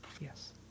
Yes